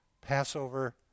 Passover